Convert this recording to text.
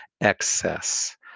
excess